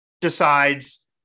decides